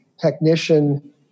technician